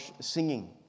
singing